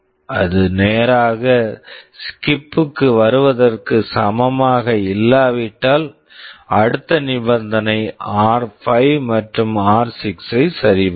இது நேராக skip skip க்கு வருவதற்கு சமமாக இல்லாவிட்டால் அடுத்த நிபந்தனை ஆர்5 r5 மற்றும் ஆர்6 r6 ஐ சரிபார்க்கவும்